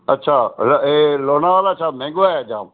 अच्छा मतलबु ई लोनावाला छा महांगो आहे जाम